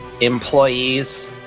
employees